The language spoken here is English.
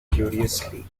curiously